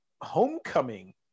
homecoming